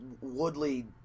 Woodley